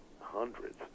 hundreds